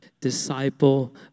disciple